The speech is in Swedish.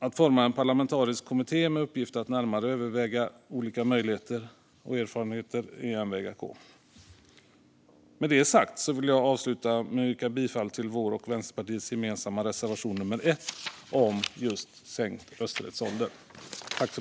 Att forma en parlamentarisk kommitté med uppgift att närmare överväga olika möjligheter och erfarenheter är en väg att gå. Med det sagt avslutar jag med att yrka bifall till vår och Vänsterpartiets gemensamma reservation, nummer 1, om just sänkt rösträttsålder.